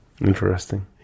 Interesting